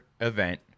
event